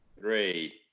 Three